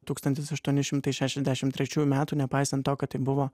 tūkstantis aštuoni šimtai šešiasdešimt trečiųjų metų nepaisant to kad tai buvo